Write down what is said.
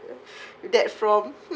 that from